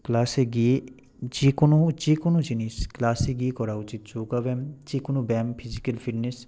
ক্লাসে গিয়ে যে কোনও যে কোনও জিনিস ক্লাসে গিয়ে করা উচিত যোগা ব্যায়াম যে কোনও ব্যায়াম ফিজিক্যাল ফিটনেস